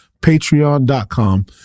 Patreon.com